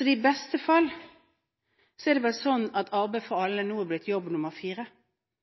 I beste fall er det vel slik at arbeid for alle nå har blitt jobb nummer fire,